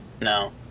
No